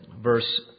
verse